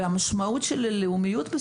המשמעות של לאומיות,